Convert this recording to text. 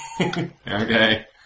Okay